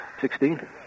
Sixteen